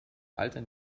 alter